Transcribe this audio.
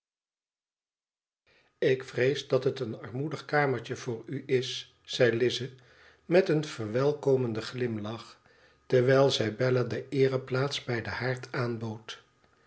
ik vrees dat het een armoedig kamertje voor u is zei lize met een verwelkomenden glimlach terwijl zij bella de eereplaats bij den haard aanbood